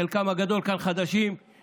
חלקם הגדול כאן חדשים,